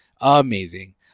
Amazing